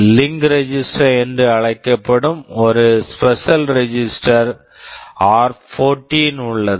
link register link register என்று அழைக்கப்படும் ஒரு ஸ்பெஷல் ரெஜிஸ்டர் special register ஆர்14 r14 உள்ளது